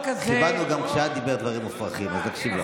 כיבדנו גם כשאת אמרת דברים מופרכים, אז נקשיב לו.